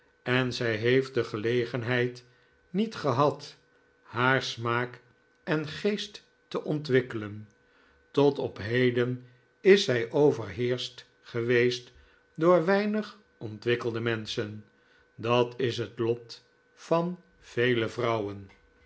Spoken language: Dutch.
en zij heeft de gelegenheid niet gehad haar smaak en geest te ontwikkelen tot op heden is zij overheerscht geweest door weinig ontwikkelde menschen dat is het lot van vele vrouwen